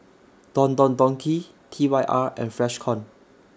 Don Don Donki T Y R and Freshkon